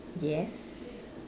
yes